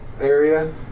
area